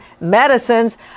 medicines